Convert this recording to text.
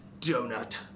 donut